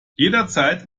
jederzeit